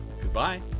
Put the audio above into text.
Goodbye